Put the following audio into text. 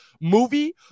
movie